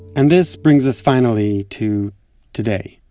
and this brings us, finally, to today.